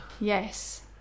Yes